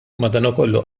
madanakollu